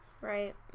Right